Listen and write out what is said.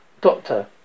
Doctor